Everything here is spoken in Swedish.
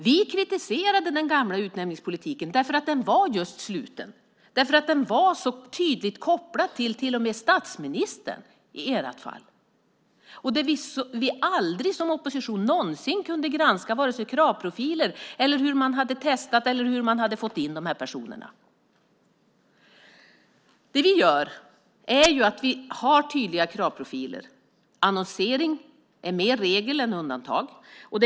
Vi kritiserade den gamla utnämningspolitiken därför att den var just sluten, därför att den var så tydligt kopplad till och med till statsministern i ert fall. Vi kunde aldrig som opposition någonsin granska vare sig kravprofiler, hur man hade testat eller hur man hade fått in de här personerna. Det vi gör är ju att vi har tydliga kravprofiler. Annonsering är mer regel än undantag.